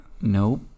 Nope